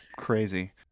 crazy